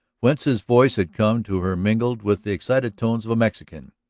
whence his voice had come to her mingled with the excited tones of a mexican.